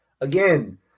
Again